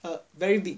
uh very big